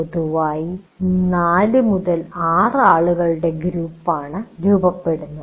പൊതുവായി 4 6 ആളുകളുടെ ഗ്രൂപ്പാണ് രൂപപ്പെടുന്നത്